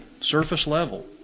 surface-level